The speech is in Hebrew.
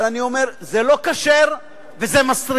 אני אומר: זה לא כשר, וזה מסריח.